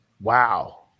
Wow